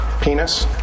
penis